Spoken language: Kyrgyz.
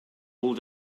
бул